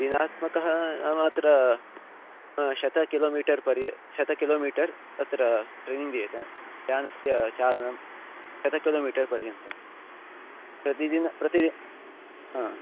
दिनात्मकः नाम अत्र शतं किलोमीटर् पर्यन्तं शतं किलोमिटर् तत्र ट्रेनिङ्ग् दीयते यानस्य चालनं शतं किलोमिटर् पर्यन्तं प्रतिदिनं प्रतिदिनं हा